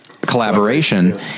collaboration